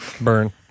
Burn